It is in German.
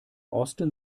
osten